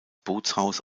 bootshaus